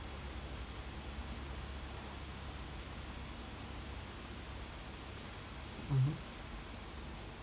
mmhmm